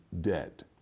debt